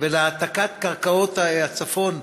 ולהעתקת קרקעות הצפון.